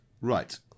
Right